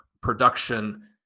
production